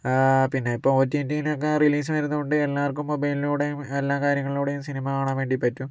പിന്നെ ഇപ്പോൾ ഒടിടിലൊക്കെ റിലീസായത് കൊണ്ട് എല്ലാവര്ക്കും മൊബൈലിലൂടെയും എല്ലാ കാര്യങ്ങളിലൂടെയും സിനിമ കാണാൻ വേണ്ടി പറ്റും